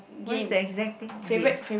what's the exact thing games